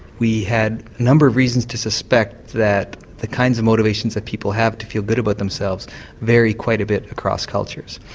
we had a number of reasons to suspect that the kinds of motivations that people have to feel good about themselves vary quite a bit across cultures.